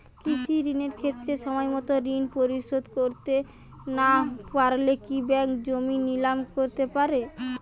কৃষিঋণের ক্ষেত্রে সময়মত ঋণ পরিশোধ করতে না পারলে কি ব্যাঙ্ক জমি নিলাম করতে পারে?